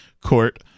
court